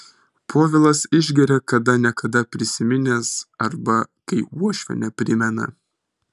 povilas išgeria kada ne kada prisiminęs arba kai uošvienė primena